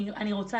אני רוצה